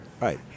Right